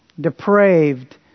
depraved